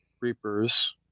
reapers